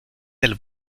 del